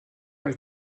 elle